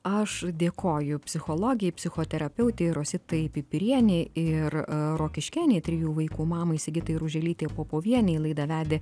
aš dėkoju psichologei psichoterapeutei rositai pipirienei ir rokiškėnei trijų vaikų mamai sigitai ruželytei popovienei laidą vedė